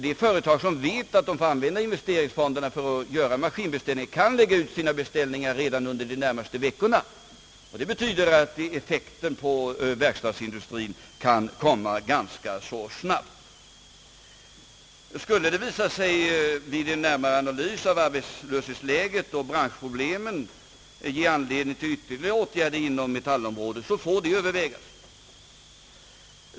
De företag som vet att de får använda investeringsfonderna för att göra en maskininvestering kan lägga ut sina beställningar redan under de närmaste veckorna, och det betyder att effekten på verkstadsindustrin kan komma ganska så snabbt. Skulle det vid en närmare analys av arbetslöshetsläget och branschproblemen visa sig finnas anledning till ytterligare åtgärder inom metallområdet så får det övervägas.